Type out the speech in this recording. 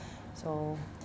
so